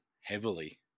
heavily